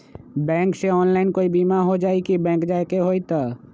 Bank से online कोई बिमा हो जाई कि बैंक जाए के होई त?